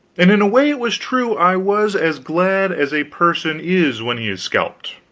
and in a way it was true i was as glad as a person is when he is scalped.